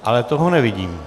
Ale toho nevidím...